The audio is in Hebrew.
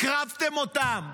הקרבתם אותם,